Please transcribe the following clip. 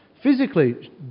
Physically